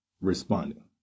responding